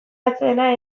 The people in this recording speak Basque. atsedena